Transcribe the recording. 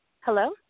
Hello